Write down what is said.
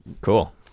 cool